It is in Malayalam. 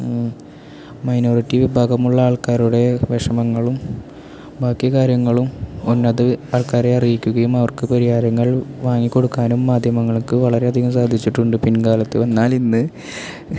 മൈനോറിറ്റി വിഭാഗമുള്ള ആൾക്കാരുടെ വിഷമങ്ങളും ബാക്കി കാര്യങ്ങളും ഉന്നത ആൾക്കാരെ അറിയിക്കുകയും അവർക്ക് പരിഹാരങ്ങൾ വാങ്ങി കൊടുക്കാനും മാധ്യമങ്ങൾക്ക് വളരെയധികം സാധിച്ചിട്ടുണ്ട് പിൻകാലത്ത് എന്നാൽ ഇന്ന്